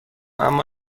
اما